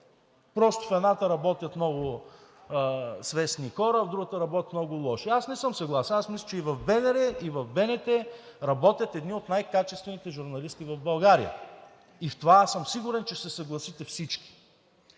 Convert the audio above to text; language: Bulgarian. това? В едната работят много свестни хора, а в другата работят много лоши. Аз не съм съгласен – мисля, че и в БНР, и в БНТ работят едни от най качествените журналисти в България. И с това съм сигурен, че ще се съгласите всички.